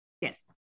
Yes